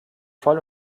voll